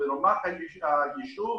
ברמת היישוב,